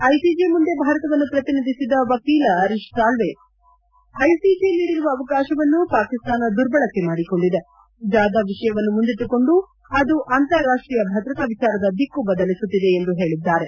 ICJ ಮುಂದೆ ಭಾರತವನ್ನು ಪ್ರತಿನಿಧಿಸಿದ ವಕೀಲ ಹರೀಶ್ ಸಾಳ್ಲೆ ಐಸಿಜೆ ನೀಡಿರುವ ಅವಕಾಶವನ್ನು ಪಾಕಿಸ್ತಾನ ದುರ್ಬಳಕೆ ಮಾಡಿಕೊಂಡಿದೆ ಜಾದವ್ ವಿಷಯವನ್ನು ಮುಂದಿಟ್ಟುಕೊಂದು ಅದು ಅಂತಾರಾಷ್ಟೀಯ ಭದ್ರತಾ ವಿಚಾರದ ದಿಕ್ಕು ಬದಲಿಸುತ್ತಿದೆ ಎಂದು ಹೇಳಿದ್ದಾರೆ